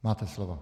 Máte slovo.